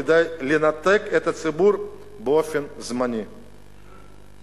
כדי לנתק את הציבור באופן זמני מהבעיות